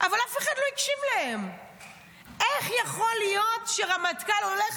אין ספק שכל אדם הגון עם שכל בראש מבין שלא יכול להיות שרק דרג צבאי